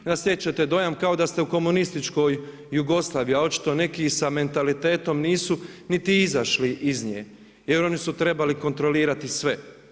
Onda stječete dojam kao da ste u komunističkoj Jugoslaviji a očito neki s mentalitetom nisu niti izašli iz nje jer oni su trebali kontrolirati sve.